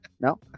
no